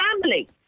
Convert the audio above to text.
family